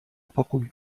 pokój